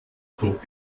zog